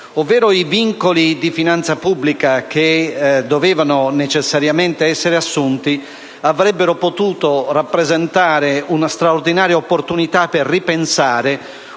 I vincoli di finanza pubblica che dovevano necessariamente essere assunti avrebbero cioè potuto rappresentare una straordinaria opportunità per ripensare